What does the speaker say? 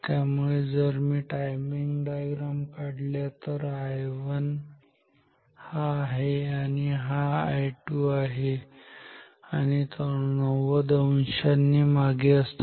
त्यामुळे जर मी टाइमिंग डायग्राम काढल्या तर हा I1 हा I2 आहे आणि तो 90 अंशांनी मागे असतो